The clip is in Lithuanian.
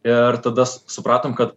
ir tada supratom kad